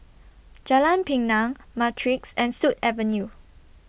Jalan Pinang Matrix and Sut Avenue